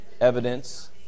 evidence